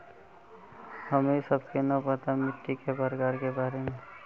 हमें सबके न पता मिट्टी के प्रकार के बारे में?